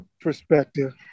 perspective